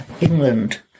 England